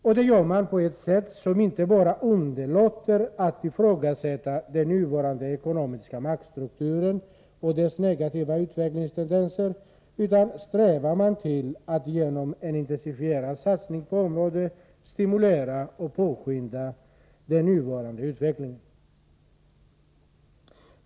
Och det gör man på ett sätt som innebär inte bara att man underlåter att ifrågasätta den nuvarande ekonomiska maktstrukturen och dess negativa utvecklingstendenser, utan också att man strävar till att genom en intensifierad satsning på området stimulera och påskynda den nuvarande utvecklingen.